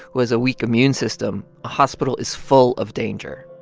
who has a weak immune system, a hospital is full of danger.